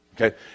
Okay